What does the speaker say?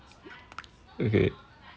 okay